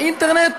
באינטרנט.